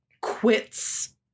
quits